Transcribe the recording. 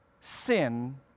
Sin